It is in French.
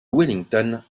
wellington